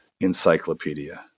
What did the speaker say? encyclopedia